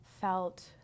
felt